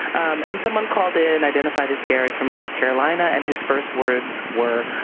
um and someone called in identified as gary from north carolina. and his first words were,